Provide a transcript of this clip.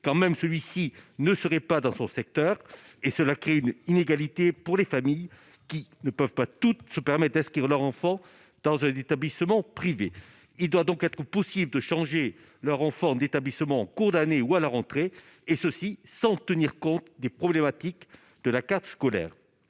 quand même, celui-ci ne serait pas dans son secteur et cela crée une inégalité pour les familles qui ne peuvent pas toutes se permettait ce qui va leur enfant dans un établissement privé, il doit donc être possible de changer leur enfant d'établissement en cours d'année ou à la rentrée, et ceci sans tenir compte des problématiques de la carte scolaire,